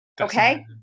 Okay